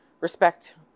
respect